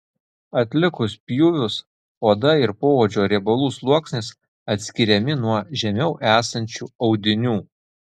atlikus pjūvius oda ir poodžio riebalų sluoksnis atskiriami nuo žemiau esančių audinių